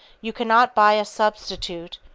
you cannot buy a substitute,